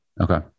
Okay